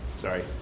Sorry